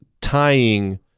tying